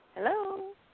Hello